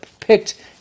picked